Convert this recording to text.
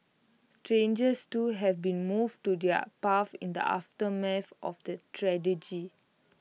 strangers too have been moved to do their in the aftermath of the